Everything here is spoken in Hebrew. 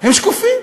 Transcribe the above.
הם שקופים.